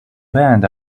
band